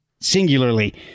singularly